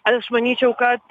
aš manyčiau kad